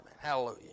Hallelujah